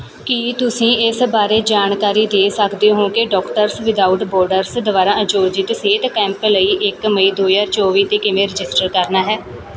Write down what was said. ਕੀ ਤੁਸੀਂ ਇਸ ਬਾਰੇ ਜਾਣਕਾਰੀ ਦੇ ਸਕਦੇ ਹੋ ਕਿ ਡੋਕਟਰਜ਼ ਵਿਧਆਊਟ ਬੋਰਡਰਜ਼ ਦੁਆਰਾ ਆਯੋਜਿਤ ਸਿਹਤ ਕੈਂਪ ਲਈ ਇੱਕ ਮਈ ਦੋ ਹਜ਼ਾਰ ਚੌਵੀ 'ਤੇ ਕਿਵੇਂ ਰਜਿਸਟਰ ਕਰਨਾ ਹੈ